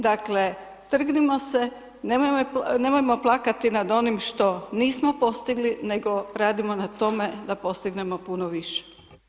Dakle, trgnimo se, nemojmo plakati nad onim što nismo postigli, nego radimo na tome da postignemo puno više.